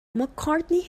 mccartney